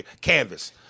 Canvas